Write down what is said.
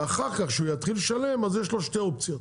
ואחר כך, כשהוא יתחיל לשלם יש לו שתי אופציות: